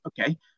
okay